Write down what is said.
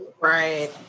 Right